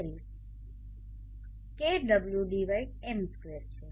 38 kWm2 છે